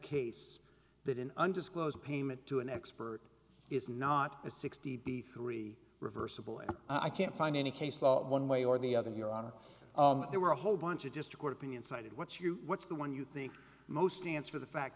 case that an undisclosed payment to an expert is not a sixty b three reversible and i can't find any case law one way or the other your honor there were a whole bunch of district opinion cited what you what's the one you think most dance for the fact